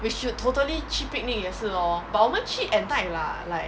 we should totally 去 picnic 也是 lor but 我们去 at night lah like